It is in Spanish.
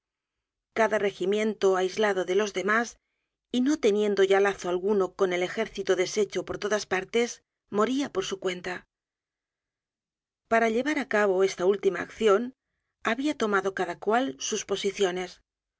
cada regimiento aislado de los demás y no teniendo ya lazo alguno con el ejército deshecho por todas partes moría por su cuenta para llevar á cabo esta última accion habia tomado cada cual sus posiciones